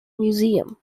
museum